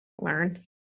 learn